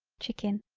chicken.